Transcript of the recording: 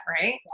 right